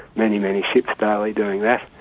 many, many ships daily doing that.